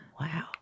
wow